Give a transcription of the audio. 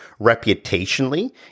Reputationally